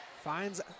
Finds